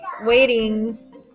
waiting